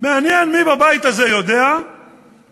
מעניין מי בבית הזה יודע שתחת